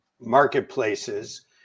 marketplaces